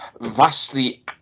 vastly